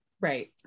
Right